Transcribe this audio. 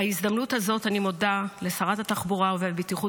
בהזדמנות הזאת אני מודה לשרת התחבורה והבטיחות